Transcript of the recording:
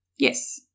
Yes